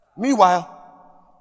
Meanwhile